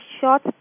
short